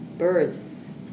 birth